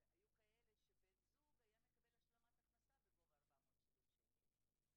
והיו כאלה שבן הזוג היה מקבל השלמת הכנסה בגובה 470 ₪,